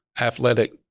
athletic